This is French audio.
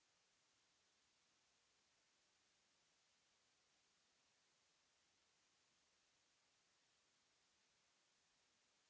...